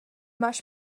máš